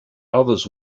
others